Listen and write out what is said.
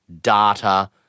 data